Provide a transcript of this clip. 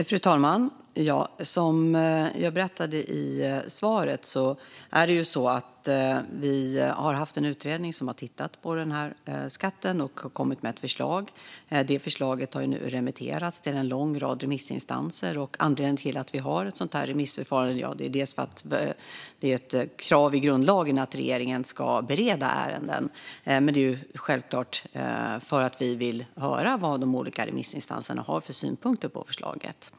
Fru talman! Som jag berättade i svaret har vi haft en utredning som har tittat på denna skatt och kommit med ett förslag. Förslaget har nu lämnats till en lång rad remissinstanser. Anledningen till att vi har ett remissförfarande är dels att det är ett krav enligt grundlagen att regeringen ska bereda ärenden, dels, självklart, att vi vill höra vad de olika remissinstanserna har för synpunkter på förslaget.